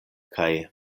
kaj